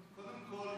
קודם כול,